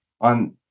On